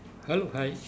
hello hi